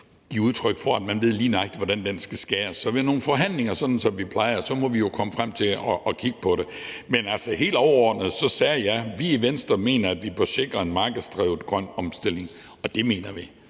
give udtryk for, at man lige nøjagtig ved, hvordan den skal skæres. Så ved nogle forhandlinger må vi jo, sådan som vi plejer, komme frem til at kigge på det. Men helt overordnet sagde jeg, at vi i Venstre mener, at vi bør sikre en markedsdrevet grøn omstilling – og det mener vi.